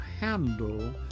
handle